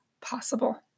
possible